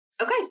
Okay